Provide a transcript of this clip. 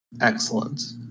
Excellent